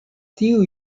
tiu